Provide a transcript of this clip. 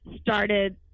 started